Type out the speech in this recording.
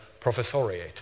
professoriate